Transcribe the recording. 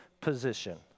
position